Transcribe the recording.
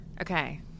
okay